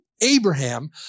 Abraham